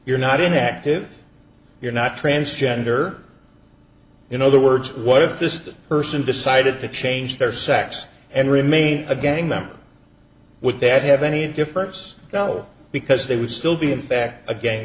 you're not inactive you're not transgender in other words what if this person decided to change their sex and remain a gang member would there have been a difference though because they would still be in effect aga